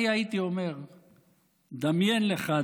דמיין לך,